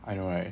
I know right